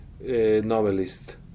novelist